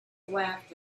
laughed